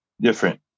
different